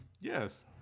Yes